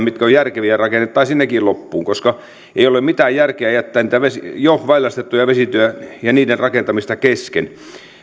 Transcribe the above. mitkä ovat järkeviä rakennettaisiin nekin loppuun koska ei ole mitään järkeä jättää niiden jo valjastettujen vesistöjen rakentamista kesken keskustelun